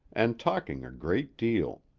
and talking a great deal.